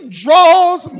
draws